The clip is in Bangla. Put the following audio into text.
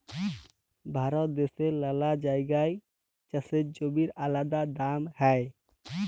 ভারত দ্যাশের লালা জাগায় চাষের জমির আলাদা দাম হ্যয়